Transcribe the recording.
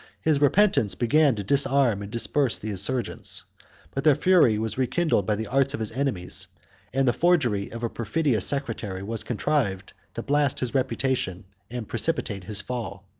his repentance began to disarm and disperse the insurgents but their fury was rekindled by the arts of his enemies and the forgery of a perfidious secretary was contrived to blast his reputation and precipitate his fall.